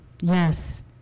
yes